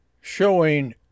showing